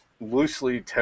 loosely